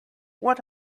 what